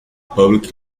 public